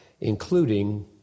including